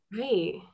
Right